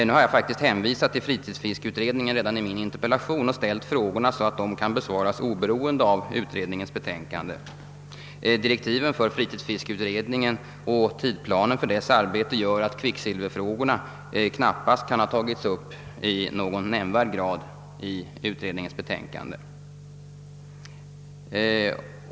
Nu har jag faktiskt hänvisat till fritidsfiskeutredningen redan i min interpellation och ställt frågorna så att de kan besvaras oberoende av utredningens betänkande. Direktiven för fritidsfiskeutredningen och tidsplanen för dess arbete gör att kvicksilverfrågorna knappast kan ha tagits upp i någon nämnvärd grad i utredningens betänkande.